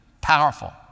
powerful